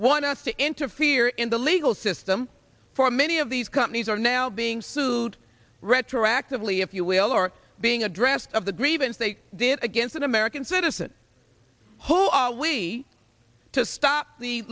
want us to interfere in the legal system for many of these companies are now being sued retroactively if you will are being addressed of the grievance they did against an american citizen who are we to stop the